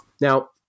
Now